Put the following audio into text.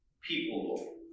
people